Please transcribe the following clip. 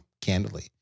candidly